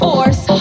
force